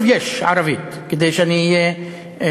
באתר של איכילוב יש ערבית, כדי שאהיה הגון.